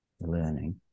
learning